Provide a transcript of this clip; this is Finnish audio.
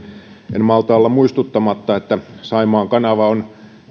en malta olla muistuttamatta että saimaan kanava on